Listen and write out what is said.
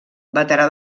veterà